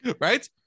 Right